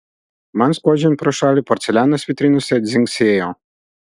man skuodžiant pro šalį porcelianas vitrinose dzingsėjo